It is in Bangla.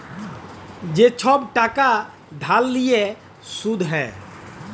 যে ছব টাকা ধার লিঁয়ে সুদ হ্যয়